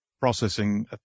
processing